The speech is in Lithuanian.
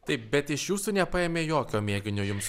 taip bet iš jūsų nepaėmė jokio mėginio jums